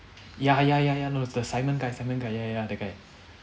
ya ya ya ya no it's the simon guy simon guy ya ya that guy